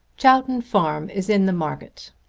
chowton farm is in the market!